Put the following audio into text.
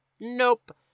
nope